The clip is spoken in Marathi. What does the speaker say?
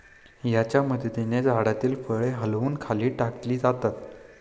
याच्या मदतीने झाडातील फळे हलवून खाली टाकली जातात